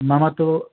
मम तु